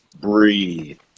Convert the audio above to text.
Breathe